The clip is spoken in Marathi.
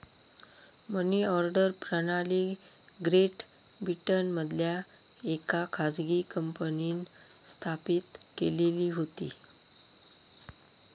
मनी ऑर्डर प्रणाली ग्रेट ब्रिटनमधल्या येका खाजगी कंपनींन स्थापित केलेली होती